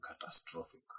catastrophic